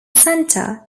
center